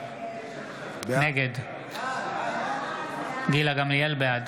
(קורא בשם חברת הכנסת) גילה גמליאל, בעד